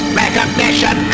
recognition